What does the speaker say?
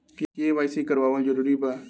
KYC करवावल जरूरी बा?